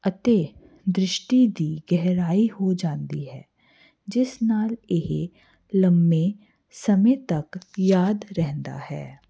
ਅਤੇ ਦ੍ਰਿਸ਼ਟੀ ਦੀ ਗਹਿਰਾਈ ਹੋ ਜਾਂਦੀ ਹੈ ਜਿਸ ਨਾਲ ਇਹ ਲੰਮੇ ਸਮੇਂ ਤੱਕ ਯਾਦ ਰਹਿੰਦਾ ਹੈ